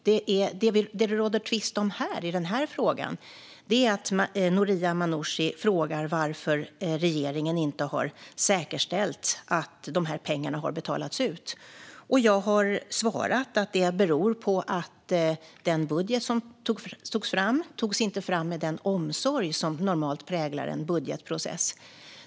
Vad det råder tvist om i den här frågan är det som Noria Manouchi frågar om när det gäller varför regeringen inte har säkerställt att de här pengarna har betalats ut. Jag har svarat att det beror på att den budget som togs fram inte togs fram med den omsorg som normalt präglar en budgetprocess.